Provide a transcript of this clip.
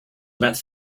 about